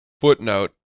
footnote